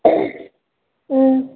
ꯎꯝ